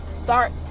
start